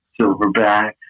silverback